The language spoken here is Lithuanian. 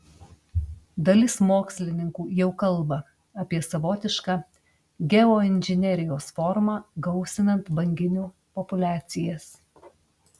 dalis mokslininkų jau kalba apie savotišką geoinžinerijos formą gausinant banginių populiacijas